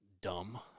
dumb